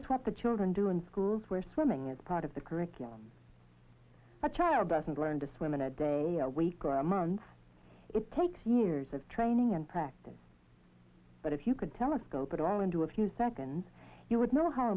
is what the children do in schools where swimming is part of the curriculum a child doesn't learn to swim in a day or week or a month it takes years of training and practice but if you could telescope it all into a few seconds you would know how